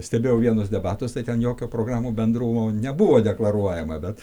stebėjau vienus debatuose tai ten jokio programų bendrumo nebuvo deklaruojama bet